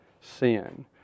sin